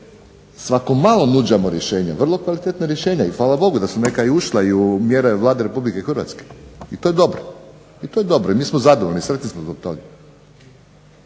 svako malo nuđamo rješenja, vrlo kvalitetna rješenja i hvala Bogu da su neka i ušla u mjere Vlade Republike Hrvatske i to je dobro i mi smo zadovoljni, sretni smo zbog